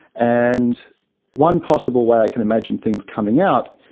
and one possible way i can imagine things coming out,